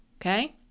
okay